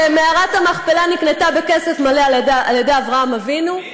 שמערת המכפלה נקנתה בכסף מלא על ידי אברהם אבינו,